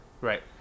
Right